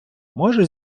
може